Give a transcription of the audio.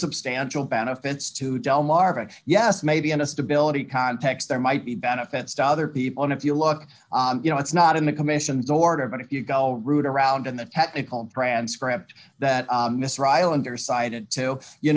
substantial benefits to delmarva yes maybe in a stability context there might be benefits to other people and if you look you know it's not in the commission's order but if you go root around in the technical transcript that mistrial and or cited two you